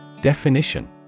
Definition